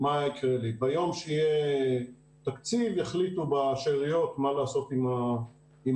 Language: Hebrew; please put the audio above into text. מה יקרה לי ביום שיהיה תקציב יחליטו בשאריות מה לעשות עם המפעלים.